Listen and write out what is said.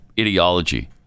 ideology